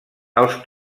els